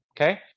okay